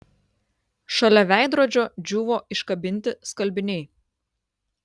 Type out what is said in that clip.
šalia veidrodžio džiūvo iškabinti skalbiniai